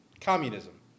Communism